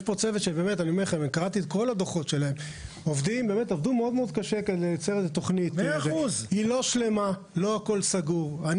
יש פה צוות שעבד מאוד קשה כדי לייצר תכנית; היא לא שלמה ולא הכל סגור.